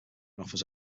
offers